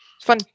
Fun